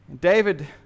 David